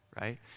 right